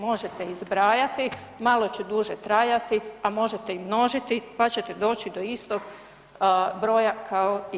Možete i zbrajati, malo će duže trajati, a možete i množiti pa ćete doći do istog broja kao i ja.